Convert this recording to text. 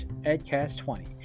edcast20